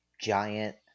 giant